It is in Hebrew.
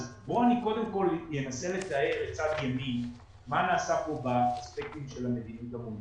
אני קודם כל אנסה לתאר מה נעשה כאן באספקטים של המדיניות המוניטרית.